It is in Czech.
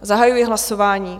Zahajuji hlasování.